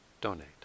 donate